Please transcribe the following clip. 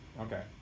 Okay